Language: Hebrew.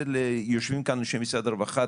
יושבים כאן אנשי משרד הרווחה,